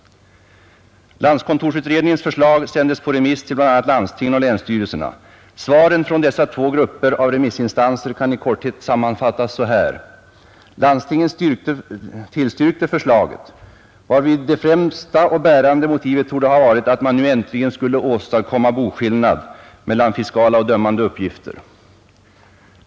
Landskontorsutredningens förslag sändes på remiss till bl.a. landstingen och länsstyrelserna. Svaren från dessa två grupper av remissinstan ser kan i korthet sammanfattas så här: Landstingen tillstyrkte förslaget, varvid det främsta och bärande motivet torde ha varit, att man nu äntligen skulle åstadkomma boskillnad mellan fiskala och dömande uppgifter.